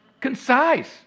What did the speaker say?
concise